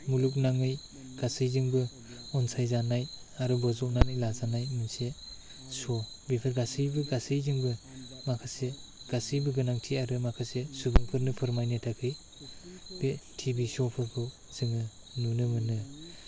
मुलुग नाङै गासैजोंबो अनसायजानाय आरो बज'बनानै लाजानाय मोनसे श' बेफोर गासैबो गासैजोंबो माखासे गासैबो गोनांथि आरो माखासे सुबुंफोरनो फोरमायनो थाखााय बे टिभि श'फोरखौ जोङो नुनो मोनो